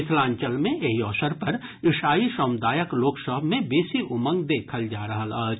मिथिलांचल मे एहि अवसर पर ईसाई समुदायक लोक सभ मे बेसी उमंग देखल जा रहल अछि